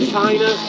China